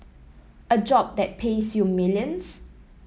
a job that pays you millions